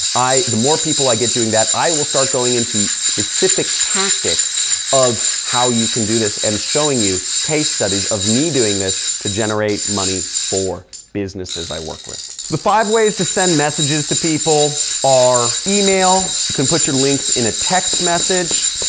the more people i get doing that, i will start going into specific tactics of how you can do this and showing you case studies of me doing this to generate money for businesses i work with. so, the five ways to send messages to people are email. you can put your links in a text message.